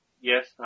Yes